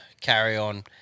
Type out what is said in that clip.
carry-on